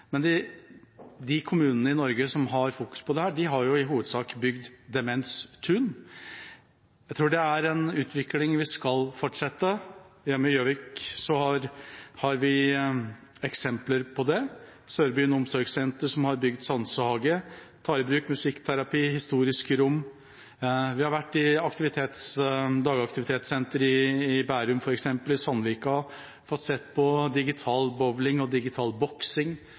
som har fokus på dette, har i hovedsak bygd demenstun. Jeg tror det er en utvikling som skal fortsette. Hjemme i Gjøvik har vi eksempler på det: Sørbyen omsorgssenter, som har bygd sansehage, tar i bruk musikkterapi og historiske rom. Vi har f.eks. vært i dagaktivitetssenteret i Bærum, i Sandvika, og sett på digital bowling og digital boksing.